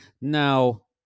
Now